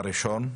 הראשון,